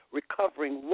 recovering